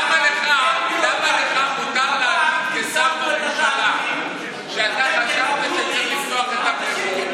למה לך מותר להגיד כשר בממשלה שאתה חשבת שצריך לפתוח את הבריכות,